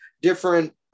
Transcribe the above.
different